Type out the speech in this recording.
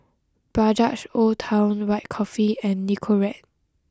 Bajaj Old Town White Coffee and Nicorette